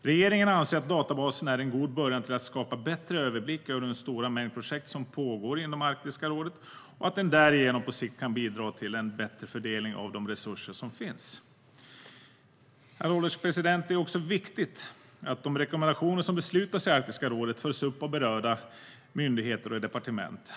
Regeringen anser att databasen är en god början till att skapa bättre överblick över den stora mängd projekt som pågår inom Arktiska rådet och att den därigenom på sikt kan bidra till en bättre fördelning av de resurser som finns. Herr ålderspresident! Det är också viktigt att de rekommendationer som beslutas i Arktiska rådet följs upp av berörda myndigheter och departement.